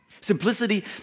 Simplicity